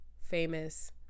famous